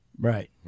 Right